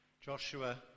Joshua